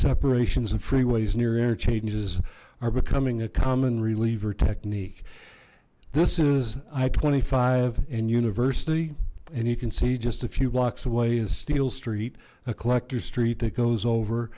separations of freeways near interchanges are becoming a common reliever technique this is i twenty five and university and you can see just a few blocks away is steel street a collector street that goes over